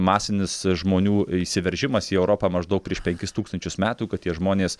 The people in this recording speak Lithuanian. masinis žmonių įsiveržimas į europą maždaug prieš penkis tūkstančius metų kad tie žmonės